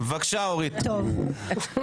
אורית, בבקשה.